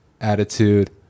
attitude